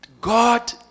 God